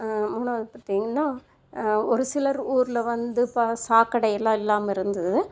மூணாவது பார்த்திங்கன்னா ஒரு சிலர் ஊரில் வந்து இப்போ சாக்கடையெலாம் இல்லாமல் இருந்தது